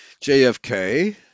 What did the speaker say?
JFK